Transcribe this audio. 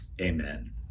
Amen